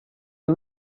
you